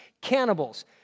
Cannibals